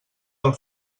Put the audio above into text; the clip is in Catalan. del